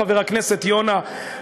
חבר הכנסת יונה,